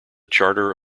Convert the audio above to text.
charter